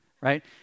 right